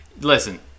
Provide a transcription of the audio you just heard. Listen